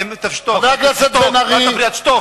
אל תפריע, תשתוק.